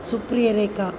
सुप्रिया रेखा